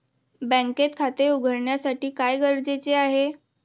बँकेत खाते उघडण्यासाठी काय गरजेचे आहे?